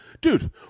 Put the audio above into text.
dude